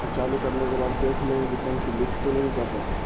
اور چالو کرنے کے بعد دیکھ لیں کہ کہیں سے لیکس تو نہیں کر رہا